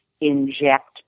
inject